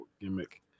gimmick